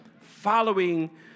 Following